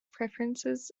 preferences